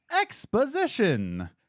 exposition